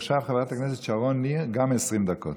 עכשיו חברת הכנסת שרון ניר, גם 20 דקות.